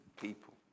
people